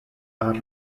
are